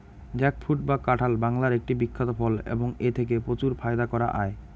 jackfruit বা কাঁঠাল বাংলার একটি বিখ্যাত ফল এবং এথেকে প্রচুর ফায়দা করা য়ায়